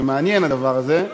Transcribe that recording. זה מעניין, הדבר הזה.